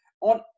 on